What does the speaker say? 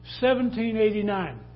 1789